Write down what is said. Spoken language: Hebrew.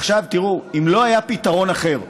עכשיו, תראו, אם לא היה פתרון אחר,